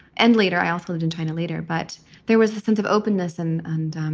and later i also lived in china later. but there was a sense of openness and and um